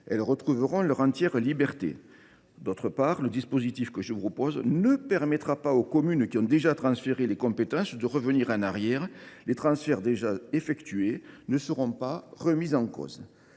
Elles retrouveront leur entière liberté. D’autre part, le dispositif ne permettra pas aux communes qui ont déjà transféré les compétences de revenir en arrière. Les transferts déjà effectués ne seront pas remis en cause.